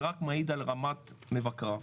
זה רק מעיד על רמת מבקריו.